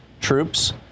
troops